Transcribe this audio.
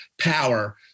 power